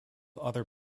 other